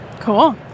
Cool